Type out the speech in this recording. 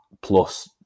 plus